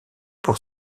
pour